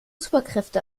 superkräfte